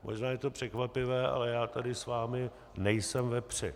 Možná je to překvapivé, ale já tady s vámi nejsem ve při.